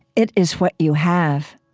it is what you have.